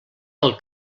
del